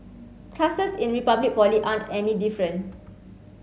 classes in Republic Poly aren't any different